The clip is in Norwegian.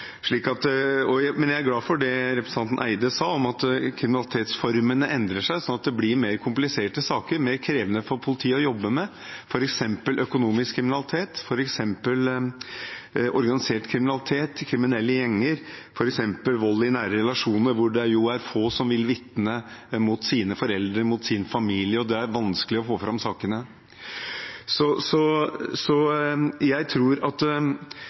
Men jeg er glad for det representanten Eide sa, at kriminalitetsformene endrer seg, at sakene blir mer komplisert og mer krevende for politiet å jobbe med, saker om f.eks. økonomisk kriminalitet, organisert kriminalitet, kriminelle gjenger og vold i nære relasjoner, hvor det jo er få som vil vitne mot sine foreldre, mot sin familie, og det er vanskelig å få fram sakene. Det jeg gjerne vil henlede oppmerksomheten på, er at